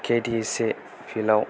K D S A फिल आव